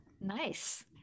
nice